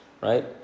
right